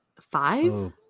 Five